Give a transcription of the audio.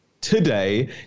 today